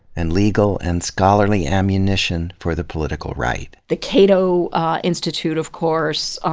and legal and scholarly ammunition for the political right. the cato ah institute, of course,